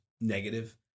negative